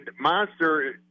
Monster